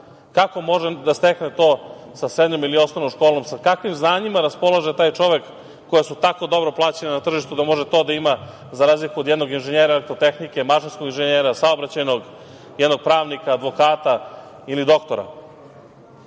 kako može da stekne to, sa srednjom ili osnovnom školom, sa kakvim znanjima raspolaže taj čovek, koja su tako dobro plaćena na tržištu, da može to da ima, za razliku od jedno inženjera elektrotehnike, mašinskog inženjera, saobraćajnog, jednog pravnika, advokata ili doktora. Sasvim